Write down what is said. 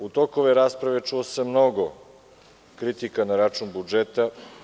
U toku ove rasprave sam čuo mnogo kritika na račun budžeta.